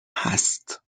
هست